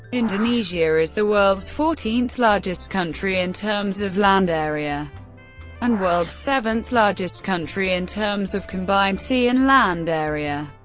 indonesia is the world's fourteenth largest country in terms of land area and world's seventh largest country in terms of combined sea and land area.